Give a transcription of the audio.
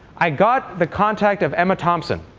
i got the contact of emma thompson,